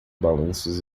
balanços